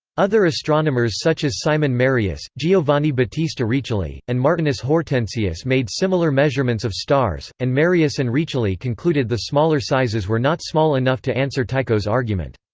other astronomers such as simon marius, giovanni battista riccioli, and martinus hortensius made similar measurements of stars, and marius and riccioli concluded the smaller sizes were not small enough to answer tycho's argument.